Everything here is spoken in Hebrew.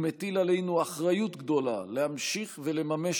הוא מטיל עלינו אחריות גדולה להמשיך ולממש